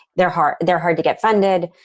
they're hard, they're hard to get funded.